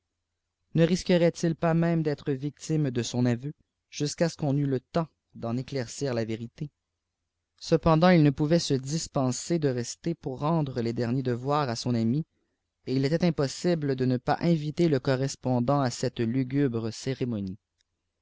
ne risquerait il pas même d'être victime de stoayëu jiisqu'à ce qu'on eût eu le temp d'en éclaircir la vérité è essàmi il e pouvait pe dispeper de rester pour rendre le éèfffûei devoirs à ob aw et il était içapossible de ne pas inviter le gbrresponddut à celte lugubre cérémonie